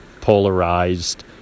polarized